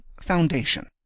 foundation